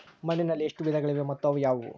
ಮಣ್ಣಿನಲ್ಲಿ ಎಷ್ಟು ವಿಧಗಳಿವೆ ಮತ್ತು ಅವು ಯಾವುವು?